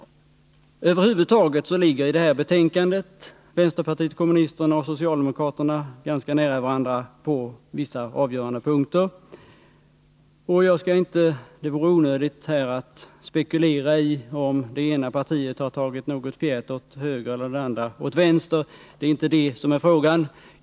Över huvud taget ligger i betänkandet vänsterpartiet kommunisterna och socialdemokraterna ganska nära varandra på vissa avgörande punkter, och det vore onödigt att här spekulera i om det ena partiet har tagit något fjät åt höger eller det andra åt vänster. Det är inte detta som är frågan.